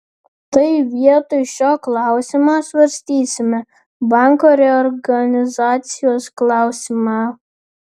tai vietoj šio klausimo svarstysime banko reorganizacijos klausimą